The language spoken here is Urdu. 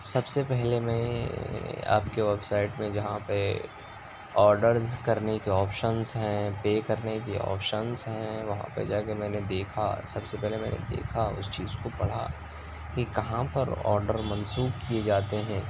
سب سے پہلے میں آپ کی ویب سائٹ میں جہاں پہ آڈرز کرنے کے آپشنس ہیں پے کرنے کے آپشنس ہیں وہاں پہ جا کے میں نے دیکھا سب سے پہلے میں نے دیکھا اس چیز کو پڑھا کہ کہاں پر آڈر منسوخ کیے جاتے ہیں